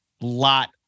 Lot